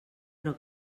però